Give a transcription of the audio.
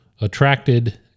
attracted